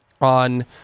on